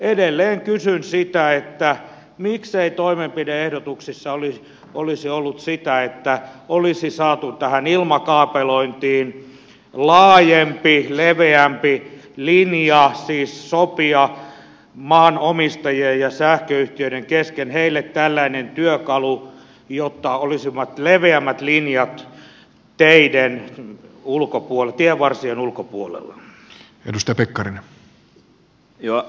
edelleen kysyn sitä miksei toimenpide ehdotuksissa olisi ollut sitä että olisi saatu tähän ilmakaapelointiin laajempi leveämpi linja siis sopia maanomistajien ja sähköyhtiöiden kesken heille tällainen työkalu jotta olisi leveämmät linjat tienvarsien ulkopuolella